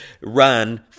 run